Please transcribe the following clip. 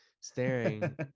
staring